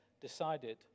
decided